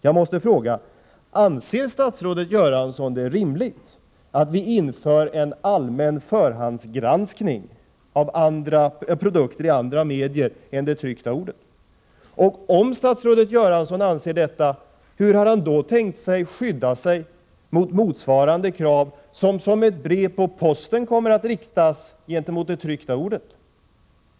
Jag måste fråga: Anser statsrådet Göransson det rimligt att vi inför en allmän förhandsgranskning av produkter i andra medier än det tryckta ordet? Om statsrådet Göransson anser detta, hur har han då tänkt skydda sig mot motsvarande krav, som likt ett brev på posten kommer att riktas gentemot det tryckta ordet?